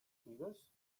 figues